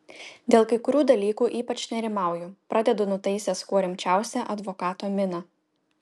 dėl kai kurių dalykų ypač nerimauju pradedu nutaisęs kuo rimčiausią advokato miną